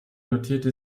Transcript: notierte